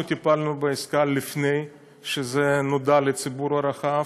אנחנו טיפלנו בעסקה לפני שזה נודע לציבור הרחב,